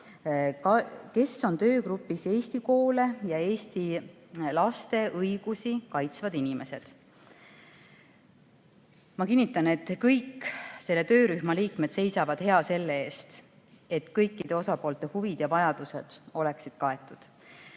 Kes on töögrupis eesti koole ja eesti laste õigusi kaitsvad inimesed?" Ma kinnitan, et kõik selle töörühma liikmed seisavad hea selle eest, et kõikide osapoolte huvid ja vajadused oleksid kaetud.